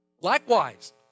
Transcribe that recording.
Likewise